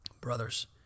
Brothers